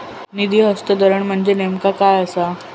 निधी हस्तांतरण म्हणजे नेमक्या काय आसा?